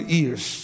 ears